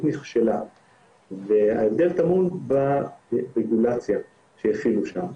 נכשלה וההבדל טמון ברגולציה שהחילו שם.